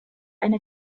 eine